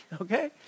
okay